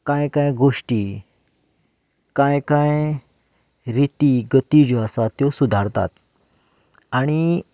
कांय कांय गोश्टी कांय कांय रिती गती ज्यो आसात त्यो सुदारतात आनी